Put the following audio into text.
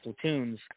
platoons